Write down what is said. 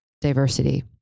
diversity